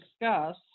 discuss